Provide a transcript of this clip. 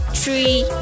three